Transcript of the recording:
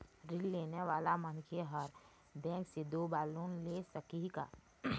ऋण लेने वाला मनखे हर बैंक से दो बार लोन ले सकही का?